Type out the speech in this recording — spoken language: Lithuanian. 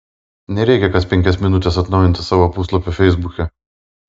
nereikia kas penkias minutes atnaujinti savo puslapio feisbuke